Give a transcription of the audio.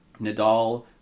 Nadal